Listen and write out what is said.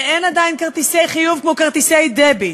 ואין עדיין כרטיסי חיוב כמו כרטיסי דביט,